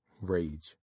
Rage